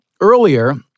earlier